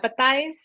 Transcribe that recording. empathize